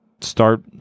start